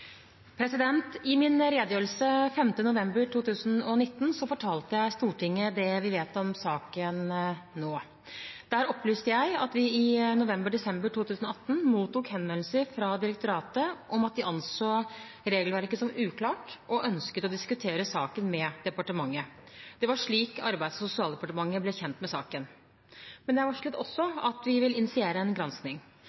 I min redegjørelse 5. november 2019 fortalte jeg Stortinget det vi vet om saken nå. Der opplyste jeg at vi i november/desember 2018 mottok henvendelser fra direktoratet om at de anså regelverket som uklart og ønsket å diskutere saken med departementet. Det var slik Arbeids- og sosialdepartementet ble kjent med saken. Men jeg varslet også